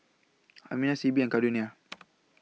Amina Sibbie and Caldonia